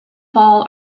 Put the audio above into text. fall